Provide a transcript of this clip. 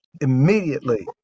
immediately